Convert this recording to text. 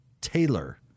Taylor